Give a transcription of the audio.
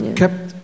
kept